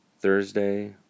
Thursday